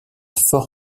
fort